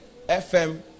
fm